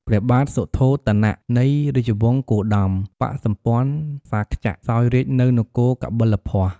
ព្រះបាទសុទ្ធោទនៈ នៃរាជវង្សគោតម បក្សសម្ព័ន្ធសាក្យៈ សោយរាជ្យនៅនគរកបិលពស្តុ។